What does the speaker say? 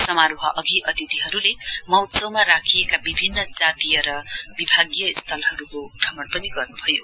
समारोह अघि अतिथिहरुले महोत्सवमा राखिएका विभिन्न जातीय र विभागीय स्थलहरुको भ्रमण पनि गर्न्भयो